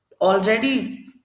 already